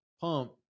pump